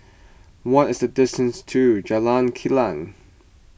what is the distance to Jalan Kilang